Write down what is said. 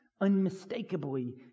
unmistakably